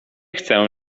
chcę